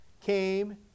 came